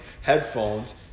headphones